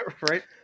Right